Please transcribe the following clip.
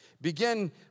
Begin